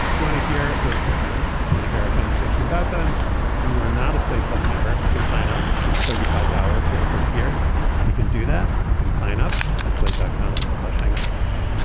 you want to hear those concerns going to hear a conversation about them and you are not a slate plus member you can sign up it's just thirty five dollars for the first year and you can do that you can sign up at slate dot com slash hangout plus